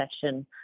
session